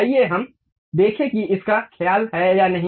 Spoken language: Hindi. आइए हम देखें कि इसका ख्याल है या नहीं